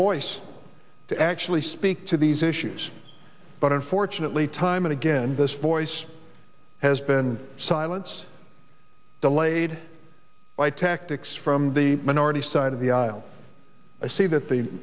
voice to actually speak to these issues but unfortunately time and again this voice has been silence delayed by tactics from the minority side of the aisle i see that the